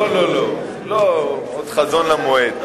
לא, עוד חזון למועד.